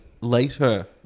later